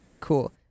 Cool